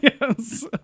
Yes